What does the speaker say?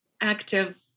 active